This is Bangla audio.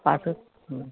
পারফেক্ট হুম